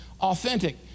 authentic